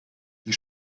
die